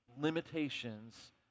limitations